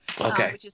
Okay